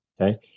Okay